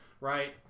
right